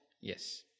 yes